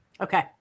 Okay